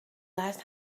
last